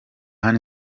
hano